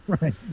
Right